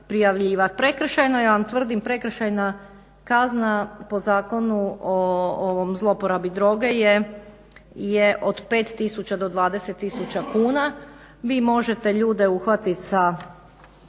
prekršajno. Ja vam tvrdim prekršajna kazna po zakonu o zloporabi droge je od 5 do 20 tisuća kuna. Vi možete ljude uhvatiti sa